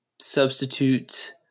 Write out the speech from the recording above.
substitute